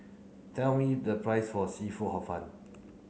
tell me the price for seafood hor fun